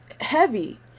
heavy